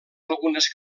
algunes